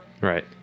Right